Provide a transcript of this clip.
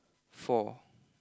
four